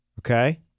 okay